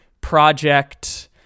project